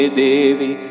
devi